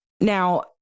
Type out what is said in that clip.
now